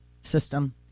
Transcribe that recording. system